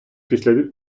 після